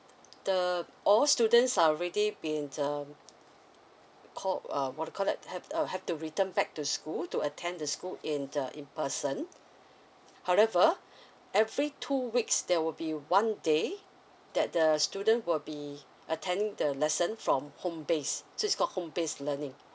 the all students are already been um called uh what you call that have uh have to return back to school to attend the school in the in person however every two weeks there will be one day that the student will be attending the lesson from home based so it's called home based learning